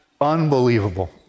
Unbelievable